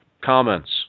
comments